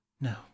No